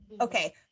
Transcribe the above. okay